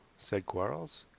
said quarles.